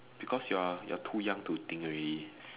because you're you're too young to think already